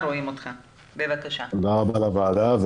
תודה רבה לוועדה.